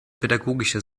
pädagogischer